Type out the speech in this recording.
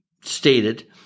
stated